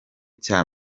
cya